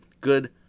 good